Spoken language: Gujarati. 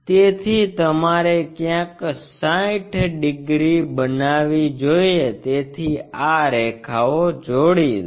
તેથી તમારે ક્યાંક 60 ડિગ્રી બનાવવી જોઈએ તેથી આ રેખાઓ જોડી દો